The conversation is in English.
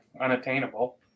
unattainable